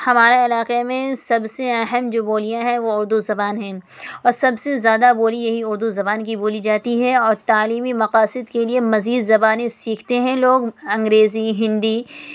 ہمارے علاقے میں سب سے اہم جو بولیاں ہیں وہ اردو زبان ہیں اور سب سے زیادہ بولی یہی اردو زبان کی بولی جاتی ہے اور تعلیمی مقاصد کے لیے مزید زیانیں سیکھتے ہیں لوگ انگریزی ہندی